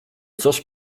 coś